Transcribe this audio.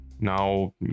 now